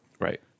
Right